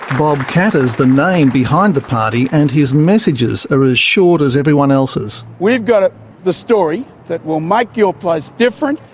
bob katter's the name behind the party, and his messages are as short as everyone else's. we've got the story that will make your place different.